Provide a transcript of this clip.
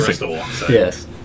yes